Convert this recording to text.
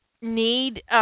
need